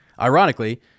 Ironically